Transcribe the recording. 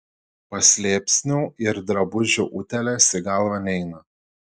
paslėpsnių ir drabužių utėlės į galvą neina